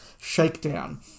Shakedown